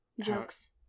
jokes